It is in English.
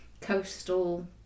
coastal